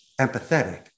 empathetic